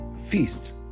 feast